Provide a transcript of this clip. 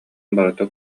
барыта